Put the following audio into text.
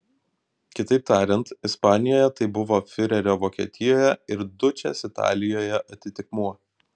kitaip tariant ispanijoje tai buvo fiurerio vokietijoje ir dučės italijoje atitikmuo